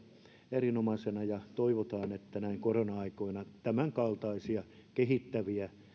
erinomaisena ja toivotaan että näin korona aikoina tämänkaltaisia kehittäviä